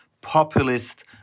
populist